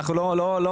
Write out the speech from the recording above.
ואנחנו לא מוותרים.